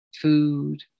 food